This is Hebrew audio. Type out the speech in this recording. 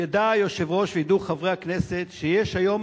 ידע היושב-ראש וידעו חברי הכנסת שיש היום